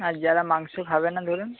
আর যারা মাংস খাবে না ধরুন